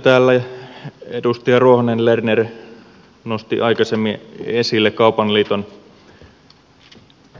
täällä edustaja ruohonen lerner nosti aikaisemmin esille kaupan liiton